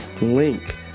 Link